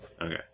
Okay